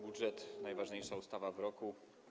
Budżet to najważniejsza ustawa w roku.